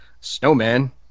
snowman